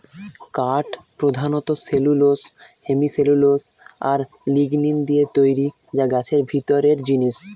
কাঠ পোধানত cellulose, hemicellulose আর লিগনিন দিয়ে তৈরি যা গাছের ভিতরের জিনিস